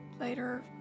later